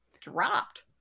dropped